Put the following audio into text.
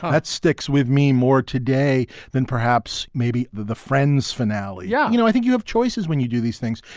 that sticks with me more today than perhaps maybe the the friends finale. yeah. you know, i think you have choices when you do these things,